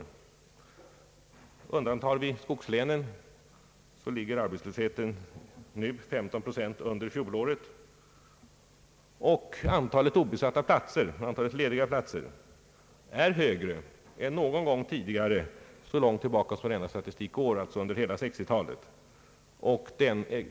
Om vi undantar skogslänen, ligger arbetslösheten nu 15 procent lägre än under fjolåret, och antalet lediga platser är högre än någon gång tidigare under hela den tid som redovisas i denna statistik, alltså hela 1960-talet.